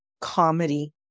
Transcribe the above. comedy